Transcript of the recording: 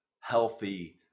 healthy